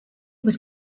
was